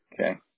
Okay